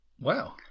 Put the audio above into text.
Wow